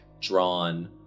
drawn